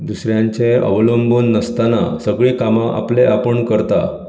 दुसऱ्यांचेर अवलंबून नासतना सगळीं कामा आपल्या आपूण करता